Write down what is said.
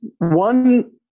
one